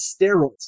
steroids